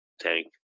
tank